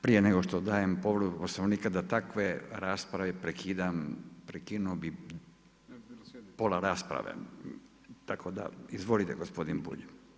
Prije nego što dajem povredu Poslovnika, da takve rasprave prekidam, prekinuo bi pola rasprave, tako da, izvolite gospodine Bulj.